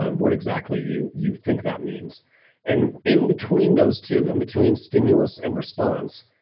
and what exactly you you think that means and in between those two, in between stimulus and response,